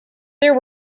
there